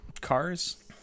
cars